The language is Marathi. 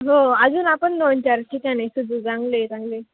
हो अजून आपण दोन चार ठिकाणे शोधू चांगले चांगले